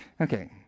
Okay